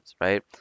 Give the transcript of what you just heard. right